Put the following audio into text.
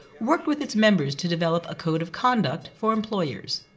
worked with its members to develop a code of conduct for employers.